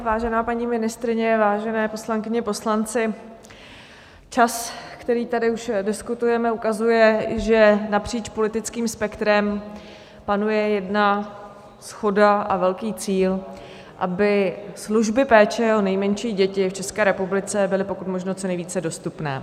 Vážená paní ministryně, vážené poslankyně, poslanci, čas, který tady už diskutujeme, ukazuje, že napříč politickým spektrem panuje jedna shoda a velký cíl, aby služby péče o nejmenší děti v České republice byly pokud možno co nejvíce dostupné.